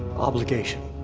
obligation.